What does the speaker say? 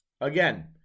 Again